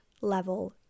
level